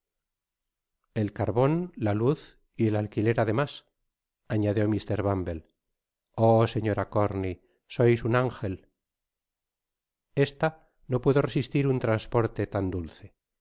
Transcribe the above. ei carbon la luz y el alquiler además añadió mr bumble oh señora corney sois un ángel esta no pudo resistir un transporte lan dulce